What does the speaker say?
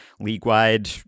league-wide